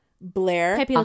Blair